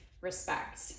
respect